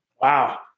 Wow